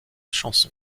chanson